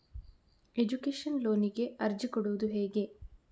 Education ಲೋನಿಗೆ ಅರ್ಜಿ ಕೊಡೂದು ಹೇಗೆ?